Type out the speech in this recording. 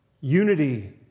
Unity